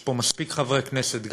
יש פה מספיק חברי כנסת,